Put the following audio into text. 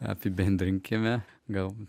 apibendrinkime gal